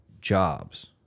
jobs